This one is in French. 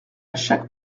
chaque